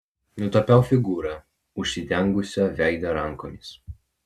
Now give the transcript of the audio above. nutapiau figūrą užsidengusią veidą rankomis